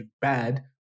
bad